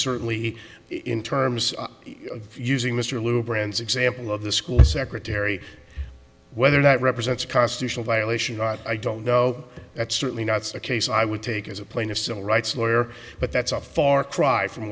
certainly in terms of using mr little brands example of the school secretary whether that represents a constitutional violation or not i don't know that's certainly not the case i would take as a plaintiff civil rights lawyer but that's a far cry from